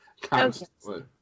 constantly